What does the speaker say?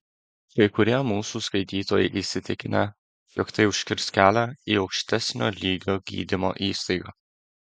kai kurie mūsų skaitytojai įsitikinę jog tai užkirs kelią į aukštesnio lygio gydymo įstaigą